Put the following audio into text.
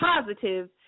positive